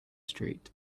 street